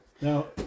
now